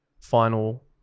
final